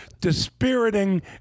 dispiriting